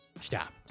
stop